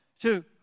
Two